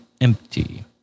empty